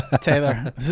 Taylor